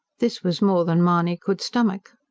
this was more than mahony could stomach.